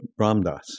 Ramdas